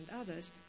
others